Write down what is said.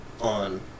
on